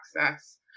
access